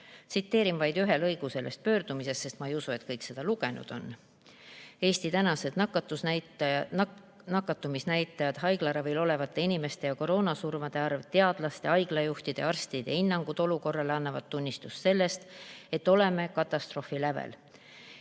Tsiteerin vaid ühe lõigu sellest pöördumisest, sest ma ei usu, et kõik seda lugenud on. "Eesti tänased nakatumisnäitajad, haiglaravil olevate inimeste ja koroonasurmade arv, teadlaste, haiglajuhtide ja arstide hinnangud olukorrale annavad tunnistust sellest, et oleme katastroofi lävel.